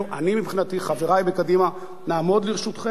אני מבחינתי וחברי בקדימה נעמוד לרשותכם.